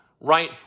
right